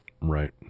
right